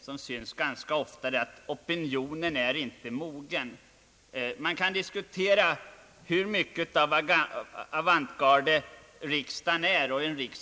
som förekommer ganska ofta är att opinionen inte är mogen. Man kan diskutera hur mycket av avantgarde riksdagen är och kan vara.